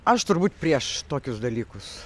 aš turbūt prieš tokius dalykus